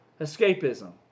Escapism